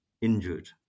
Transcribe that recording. injured